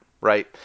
Right